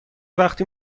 وقتی